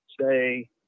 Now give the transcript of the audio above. say